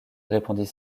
répondit